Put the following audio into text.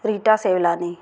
Rita Sevlani